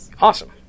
Awesome